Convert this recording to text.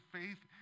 faith